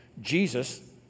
Jesus